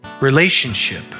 relationship